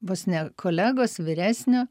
vos ne kolegos vyresnio